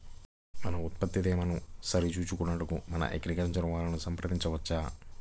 మన ఉత్పత్తి తేమను సరిచూచుకొనుటకు మన అగ్రికల్చర్ వా ను సంప్రదించవచ్చా?